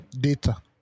Data